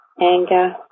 anger